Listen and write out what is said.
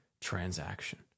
transaction